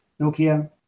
Nokia